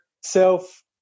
self